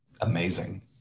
amazing